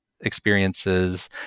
experiences